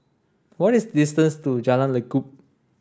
what is distance to Jalan Lekub